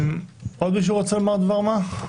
עוד מישהו רוצה לומר דבר מה?